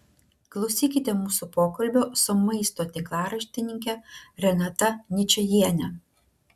klausykite mūsų pokalbio su maisto tinklaraštininke renata ničajiene